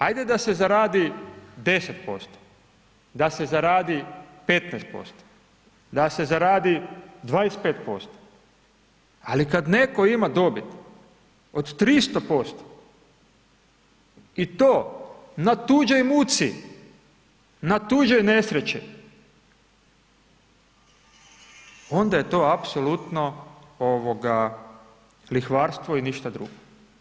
Ajde da se zaradi 10%, da se zaradi 15%, da se zaradi 25%, ali kada netko ima dobit o 300% i to na tuđoj muci na tuđoj nesreći, onda je to apsolutno lihvarstvo i ništa drugo.